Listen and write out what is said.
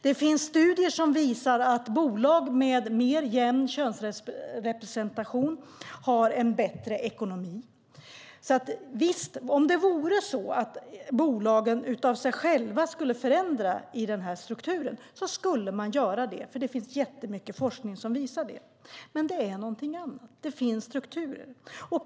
Det finns studier som visar att bolag med mer jämn könsrepresentation har en bättre ekonomi. Om det vore så att bolagen av sig själva kunde förändra strukturen skulle de göra det. Det finns mycket forskning som visar det. Men det är fråga om något annat. Det finns strukturer.